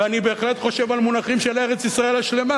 ואני בהחלט חושב על מונחים של ארץ-ישראל השלמה,